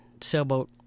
sailboat